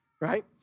right